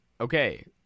okay